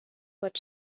what